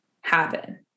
happen